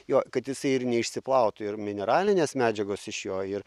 jo kad jisai ir neišsiplautų ir mineralinės medžiagos iš jo ir